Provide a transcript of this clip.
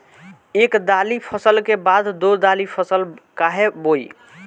एक दाली फसल के बाद दो डाली फसल काहे बोई?